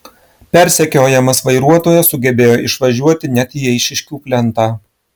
persekiojamas vairuotojas sugebėjo išvažiuoti net į eišiškių plentą